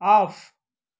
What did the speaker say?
off